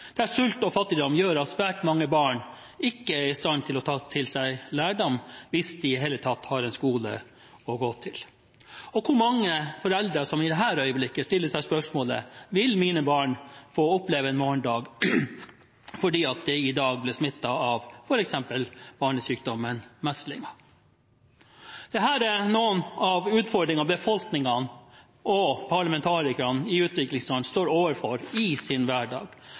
der sult og fattigdom gjør at svært mange barn ikke er i stand til å ta til seg lærdom, hvis de i det hele tatt har en skole å gå til, og der mange foreldre i dette øyeblikk stiller seg spørsmålet: Vil mine barn få oppleve en morgendag når de i dag ble smittet av f.eks. barnesykdommen meslinger? Dette er noen av utfordringene befolkningene og parlamentarikerne i utviklingsland står overfor i sin